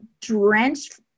drenched